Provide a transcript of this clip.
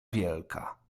wielka